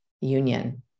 union